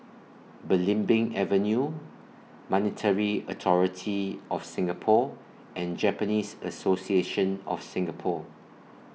Belimbing Avenue Monetary Authority of Singapore and Japanese Association of Singapore